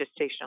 gestational